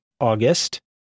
August